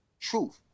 truth